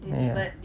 ya